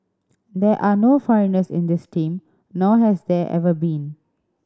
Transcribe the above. there are no foreigners in this team nor has there ever been